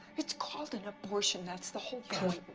it's called an abortion that's the whole point.